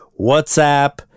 WhatsApp